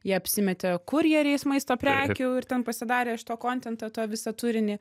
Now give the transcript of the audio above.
jie apsimetė kurjeriais maisto prekių ir ten pasidarė iš to kontentą tą visą turinį